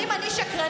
אז אם אני שקרנית,